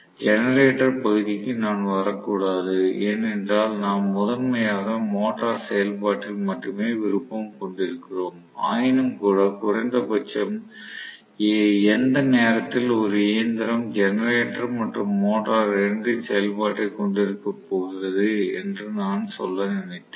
generator பகுதிக்கு நான் வரக்கூடாது ஏனென்றால் நாம் முதன்மையாக மோட்டார் செயல்பாட்டில் மட்டுமே விருப்பம் கொண்டிக்கிறோம் ஆயினும்கூட குறைந்தபட்சம் எந்த நேரத்தில் ஒரு இயந்திரம் ஜெனரேட்டர் மற்றும் மோட்டார் இரண்டின் செயல்பாட்டைக் கொண்டிருக்கப் போகிறது என்று சொல்ல நான் நினைத்தேன்